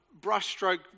brushstroke